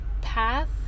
path